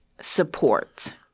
support